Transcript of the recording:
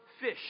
fish